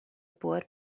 por